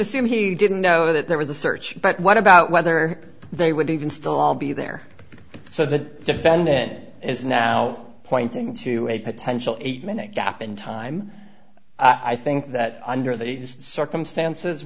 assume he didn't know that there was a search but what about whether they would even still all be there so the defendant is now pointing to a potential eight minute gap in time i think that under these circumstances